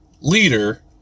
leader